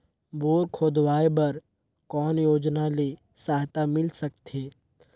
Bore खोदवाय बर कौन योजना ले सहायता मिल सकथे?